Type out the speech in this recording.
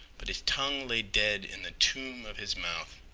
but his tongue lay dead in the tomb of his mouth.